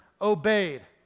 obeyed